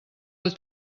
els